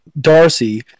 Darcy